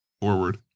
forward